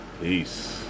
peace